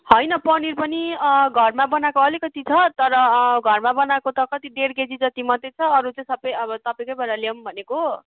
होइन पनिर पनि घरमा बनाएको अलिकति छ तर घरमा बनाएको त कति डेढ केजी जति मात्तै छ अरू चाहिँ सबै तपाईँकैबाट ल्याऔँ भनेको